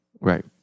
Right